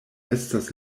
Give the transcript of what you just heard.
estas